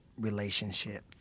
relationships